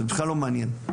זה בכלל לא מעניין.